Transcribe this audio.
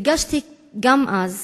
הרגשתי גם אז